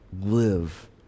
live